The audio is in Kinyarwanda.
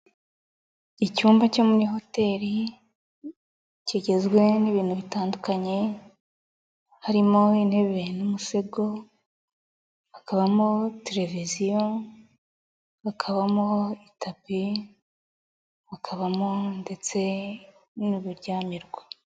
Icyumba cyo muri hoteli kigizwe n'ibintu bitandukanye, harimo intebe n'umusego bakabamo televiziyo ha bakabamo itapi hakabamo ndetse n'ibiryamirwa.